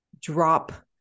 drop